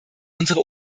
unsere